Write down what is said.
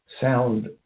sound